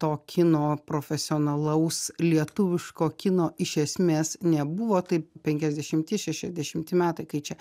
to kino profesionalaus lietuviško kino iš esmės nebuvo tai penkiasdešimti šešiasdešimti metai kai čia